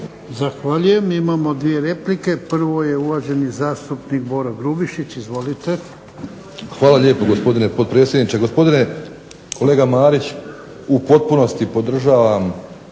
Zahvaljujem. Imamo dvije replike. Prvo je uvaženi zastupnik Boro Grubišić. Izvolite. **Grubišić, Boro (HDSSB)** Hvala lijepo gospodine potpredsjedniče. Gospodine kolega Marić, u potpunosti podržavam